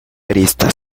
presta